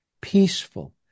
peaceful